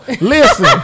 listen